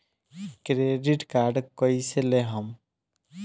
Credit card कईसे लेहम?